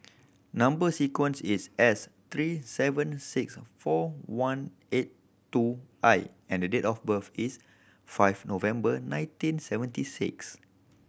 number sequence is S three seven six four one eight two I and date of birth is five November nineteen seventy six